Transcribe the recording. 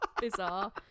Bizarre